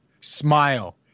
Smile